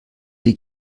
die